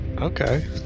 Okay